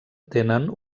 tenen